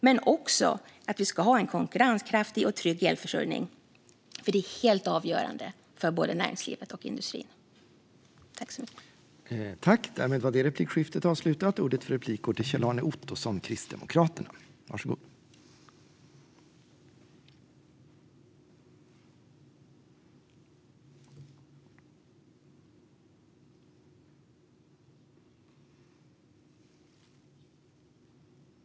Vi vill också ha en konkurrenskraftig och trygg elförsörjning, för det är helt avgörande för industrin och övrigt näringsliv.